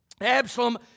Absalom